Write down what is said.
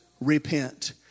repent